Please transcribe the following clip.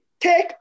take